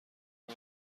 این